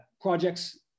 projects